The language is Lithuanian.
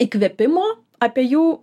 įkvėpimo apie jų